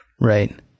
Right